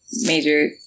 major